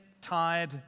tired